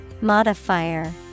Modifier